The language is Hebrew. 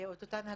את אותן הגבלות.